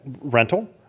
rental